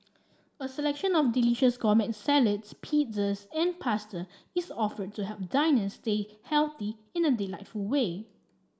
a selection of delicious gourmet salads pizzas and pasta is offered to help diners stay healthy in a delightful way